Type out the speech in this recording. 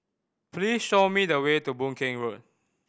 please show me the way to Boon Keng Road